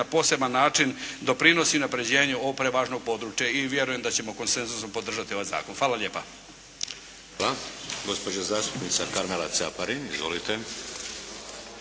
na poseban način doprinosi unaprjeđenju ovoga prevažnog područja i vjerujem da ćemo konsenzusom podržati ovaj zakon. Hvala lijepa. **Šeks, Vladimir (HDZ)** Gospođa zastupnica Karmela Caparin. Izvolite.